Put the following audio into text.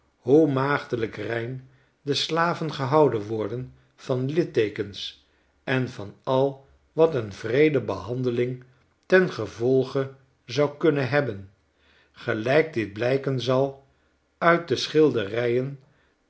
hoe maagdelijk rein de slaven gehouden worden van litteekens en van al wat een wreede behandeling ten gevolge zou kunnen hebben gelijk dit blijken zal uit de schilderijen